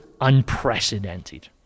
unprecedented